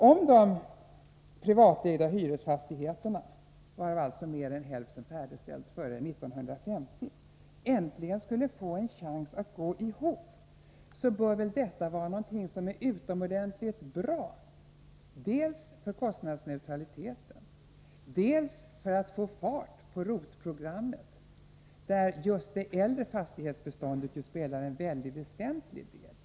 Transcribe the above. Om de privatägda hyresfastigheterna, varav alltså mer än hälften har färdigställts före 1950, äntligen skulle få en chans att gå ihop, så bör det väl vara någonting som är utomordentligt bra, dels för kostnadsneutraliteten, dels för att få fart på ROT-programmet, där just det äldre fastighetsbeståndet spelar en väsentlig roll.